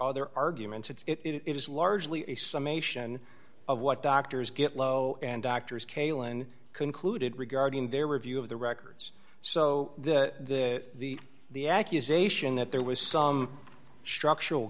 other arguments it's it is largely a summation of what doctors get low and doctors kalen concluded regarding their review of the records so the the the accusation that there was some structural